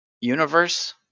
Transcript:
universe